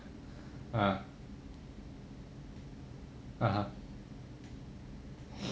(uh huh)